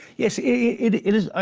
yes, it is.